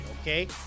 okay